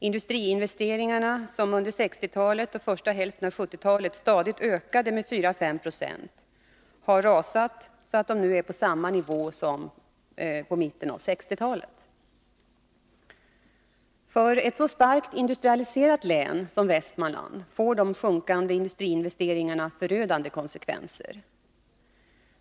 Industriinvesteringarna, som under 1960-talet och första hälften av 1970-talet stadigt ökade med 4-5 96, har rasat så att de nu är på samma nivå som i mitten av 1960-talet. För ett så starkt industrialiserat län som Västmanland får de sjunkande industriinvesteringarna förödande konsekvenser.